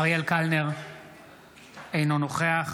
אינו נוכח